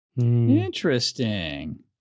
Interesting